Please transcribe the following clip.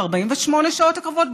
ב-48 השעות הקרובות,